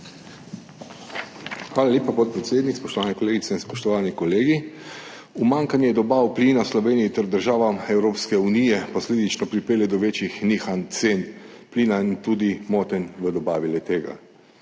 Hvala lepa, podpredsednik. Spoštovane kolegice in spoštovani kolegi! Umanjkanje dobav plina v Sloveniji ter državam Evropske unije posledično pripelje do večjih nihanj cen plina in tudi motenj v dobavi le-tega.